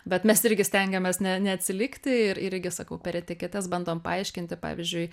bet mes irgi stengiamės ne neatsilikti ir irgi sakau per etiketes bandom paaiškinti pavyzdžiui